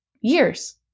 years